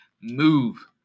move